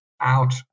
out